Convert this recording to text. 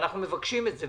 אנחנו מבקשים את זה.